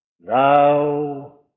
thou